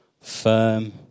firm